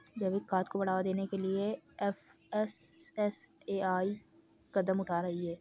जैविक खाद को बढ़ावा देने के लिए एफ.एस.एस.ए.आई कदम उठा रही है